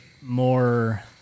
more